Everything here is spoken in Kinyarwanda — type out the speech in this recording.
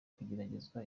kugeragezwa